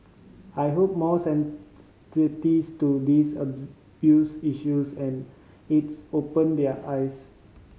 I hope more to these abuse issues and it's opened their eyes